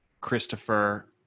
Christopher